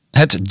Het